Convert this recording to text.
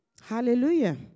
Hallelujah